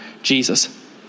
Jesus